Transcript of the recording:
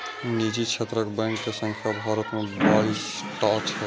निजी क्षेत्रक बैंक के संख्या भारत मे बाइस टा छै